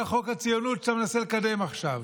חוק הציונות שאתה מנסה לקדם עכשיו.